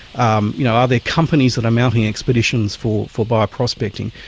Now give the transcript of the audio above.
um you know, are there companies that are mounting expeditions for for bioprospecting.